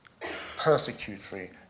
persecutory